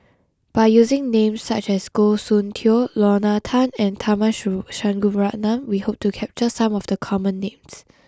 by using names such as Goh Soon Tioe Lorna Tan and Tharman Shanmugaratnam we hope to capture some of the common names